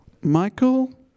Michael